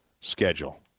schedule